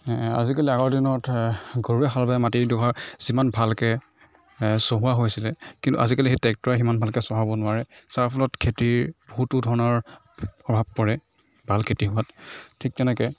আজিকালি আগৰ দিনতে গৰুৱে হাল বাই মাটিডোখৰ যিমান ভালকৈ চহোৱা হৈছিলে কিন্তু আজিকালি সেই ট্ৰেক্টৰে সিমান ভালকৈ চহাব নোৱাৰে যাৰ ফলত খেতিৰ বহুতো ধৰণৰ প্ৰভাৱ পৰে ভাল খেতি হোৱাত ঠিক তেনেকৈ